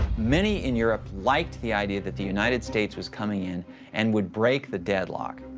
many in europe liked the idea that the united states was coming in and would break the deadlock.